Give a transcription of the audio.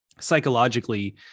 psychologically